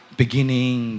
beginning